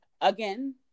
Again